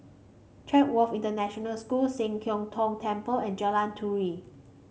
Chatsworth International School Sian Keng Tong Temple and Jalan Turi